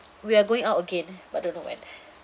we are going out again but don't know when